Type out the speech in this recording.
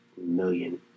million